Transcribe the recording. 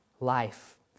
life